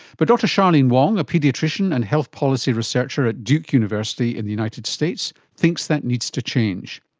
but dr charlene wong, a paediatrician and health policy researcher at duke university in the united states thinks that needs to change.